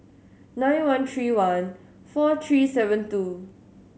nine one three one four three seven two